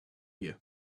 you